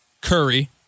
Curry